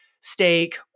steak